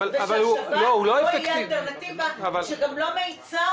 והשב"כ לא יהיה אלטרנטיבה שלא מאיצה